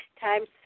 times